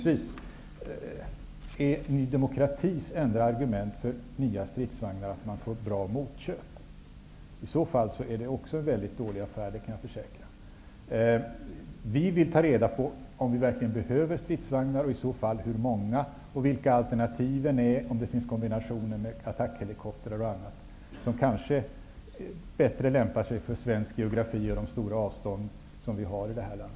Är Nydemokraternas enda argument för nya stridsvagnar att man kan få bra motköp? I så fall blir det en väldigt dålig affär; det kan jag försäkra. Vi vill ta reda på om Sverige verkligen behöver stridsvagnar, i så fall hur många, vilka alternativen är och om det finns kombinationer med attackhelikoptrar och annat, som kanske bättre lämpar sig för svensk geografi och de stora avstånden i detta land.